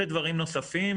ודברים נוספים.